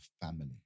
family